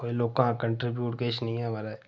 कोई लोकें दा कांटरीबयूट किश नेईं ऐ महाराज